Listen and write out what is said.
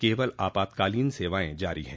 केवल आपातकालीन सेवाएं जारी हैं